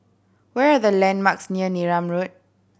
where are the landmarks near Neram Road